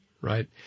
Right